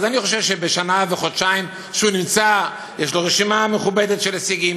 אז אני חושב שבשנה וחודשיים שהוא נמצא יש לו רשימה מכובדת של הישגים,